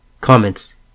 Comments